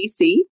DC